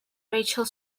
rachael